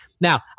Now